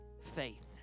faith